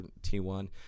T1